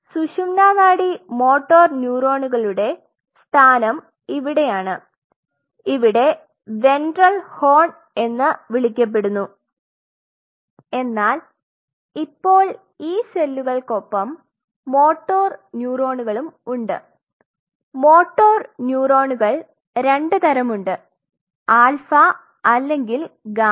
അതിനാൽ സുഷുമ്നാ നാഡി മോട്ടോർ ന്യൂറോണുകളുടെ സ്ഥാനം ഇവിടെയാണ് ഇവിടം വെൻട്രൽ ഹോൺ എന്ന് വിളിക്കപ്പെടുന്നു എന്നാൽ ഇപ്പോൾ ഈ സെല്ലുകൾക്കൊപ്പം മോട്ടോർ ന്യൂറോണുകളും ഉണ്ട് മോട്ടോർ ന്യൂറോണുകൾ രണ്ട് തരമുണ്ട് ആൽഫ അല്ലെങ്കിൽ ഗാമ